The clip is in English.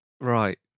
Right